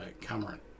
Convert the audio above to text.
Cameron